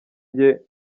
jye